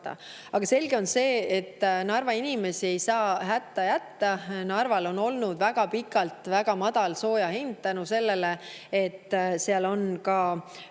Aga selge on see, et Narva inimesi ei saa hätta jätta. Narval on olnud väga pikalt väga madal sooja hind tänu sellele, et seal on Eesti